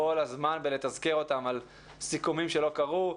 כל הזמן בלתזכר אותם על סיכומים שלא קרו.